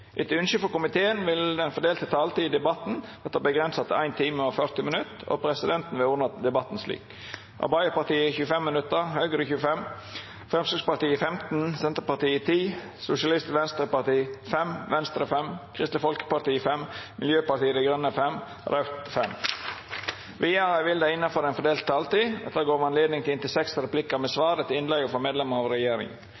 Etter ynske frå justiskomiteen vil taletida i debatten verta avgrensa til 1 time og 40 minutt, og presidenten vil ordna debatten slik: Arbeidarpartiet 25 minutt, Høgre 25 minutt, Framstegspartiet 15 minutt, Senterpartiet 10 minutt, Sosialistisk Venstreparti 5 minutt, Venstre 5 minutt, Kristeleg Folkeparti 5 minutt, Miljøpartiet Dei Grøne 5 minutt og Raudt 5 minutt. Vidare vil det, innafor den fordelte taletida, verta gjeve anledning til seks replikkar med